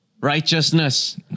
righteousness